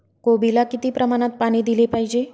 कोबीला किती प्रमाणात पाणी दिले पाहिजे?